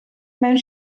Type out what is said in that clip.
mewn